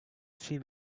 seen